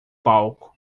palco